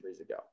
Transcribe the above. ago